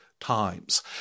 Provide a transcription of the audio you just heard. times